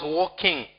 walking